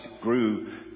grew